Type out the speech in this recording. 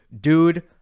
dude